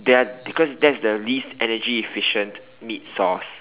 they are because that's the least energy efficient meat source